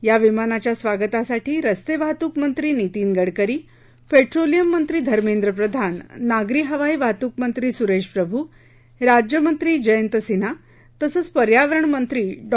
या विमानाच्या स्वागतासाठी रस्तेवाहतूकमंत्री नितीन गडकरी पेट्रोलियम मंत्री धर्मेंद्र प्रधान नागरी हवाई वाहतूक मंत्री सुरेश प्रभू राज्यमंत्री जयंत सिन्हा तसंच पर्यावरण मंत्री डॉ